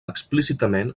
explícitament